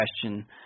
question –